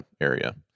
area